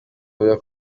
bavuga